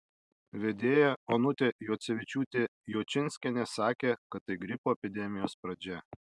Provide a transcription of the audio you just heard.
vedėja onutė juocevičiūtė juočinskienė sakė kad tai gripo epidemijos pradžia